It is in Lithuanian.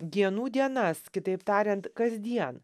dienų dienas kitaip tariant kasdien